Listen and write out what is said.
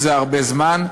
לשם כך,